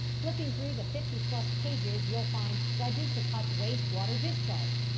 flipping through the fifty plus pages, you'll find pledges to cut wastewater discharge,